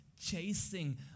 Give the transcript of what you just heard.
chasing